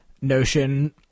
notion